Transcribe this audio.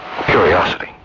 Curiosity